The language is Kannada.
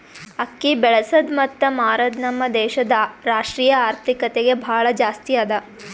ಅಕ್ಕಿ ಬೆಳಸದ್ ಮತ್ತ ಮಾರದ್ ನಮ್ ದೇಶದ್ ರಾಷ್ಟ್ರೀಯ ಆರ್ಥಿಕತೆಗೆ ಭಾಳ ಜಾಸ್ತಿ ಅದಾ